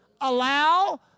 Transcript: allow